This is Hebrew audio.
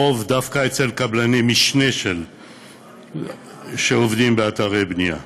הרוב דווקא אצל קבלני משנה שעובדים באתרי בנייה.